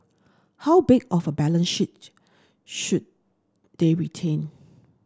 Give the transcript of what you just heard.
how big of a balance sheet should they retain